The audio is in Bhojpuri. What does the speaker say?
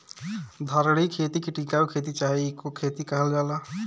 धारणीय खेती के टिकाऊ खेती चाहे इको खेती कहल जाला